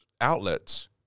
outlets